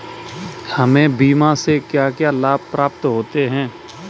हमें बीमा से क्या क्या लाभ प्राप्त होते हैं?